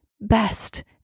best